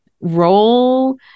role